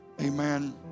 Amen